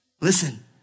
Listen